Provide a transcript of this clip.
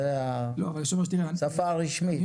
זו השפה הרשמית.